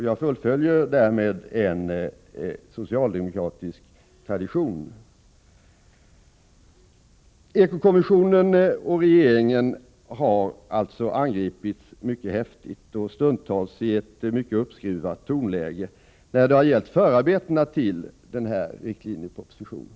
Jag fullföljer därmed en socialdemokratisk tradition. Eko-kommissionen och regeringen har emellertid angripits mycket häftigt och stundtals i ett mycket uppskruvat tonläge när det har gällt förarbetena till den här riktlinjepropositionen.